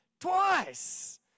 twice